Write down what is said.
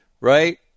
right